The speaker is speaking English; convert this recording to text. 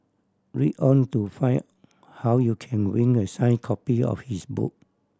read on to find how you can win a sign copy of his book